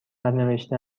ننوشته